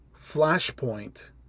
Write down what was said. Flashpoint